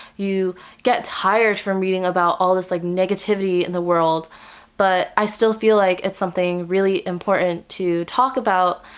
you get tired from reading about all this like negativity in the world but i still feel like it's something really important to talk about,